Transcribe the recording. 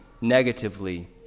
negatively